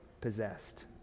possessed